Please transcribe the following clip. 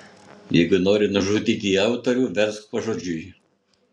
jeigu nori nužudyti autorių versk pažodžiui